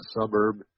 suburb